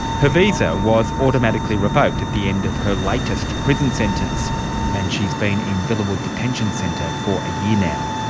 her visa was automatically revoked at the end of her latest prison sentence and she has been in villawood detention centre for a year now.